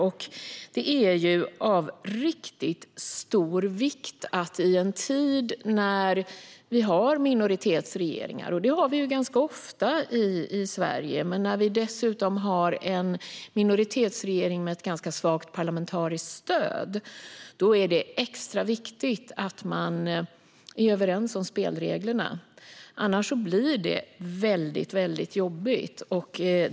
I en tid när vi har minoritetsregeringar - vilket vi ganska ofta har i Sverige - och särskilt när vi har en minoritetsregering med ett ganska svagt parlamentariskt stöd är det extra viktigt att vi är överens om spelreglerna. Annars blir det väldigt jobbigt.